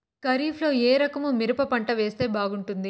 ఖరీఫ్ లో ఏ రకము మిరప పంట వేస్తే బాగుంటుంది